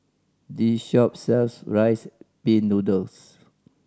this shop sells Rice Pin Noodles